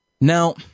Now